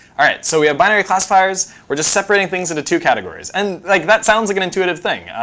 all right. so we have binary classifiers. we're just separating things into two categories. and like that sounds like an intuitive thing.